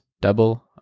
double